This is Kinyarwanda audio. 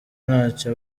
ntacyo